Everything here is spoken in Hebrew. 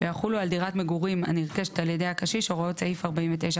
ויחולו על דירת מגורים הנרכשת על ידי הקשיש הוראות סעיף 49כד,